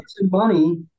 money